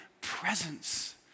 presence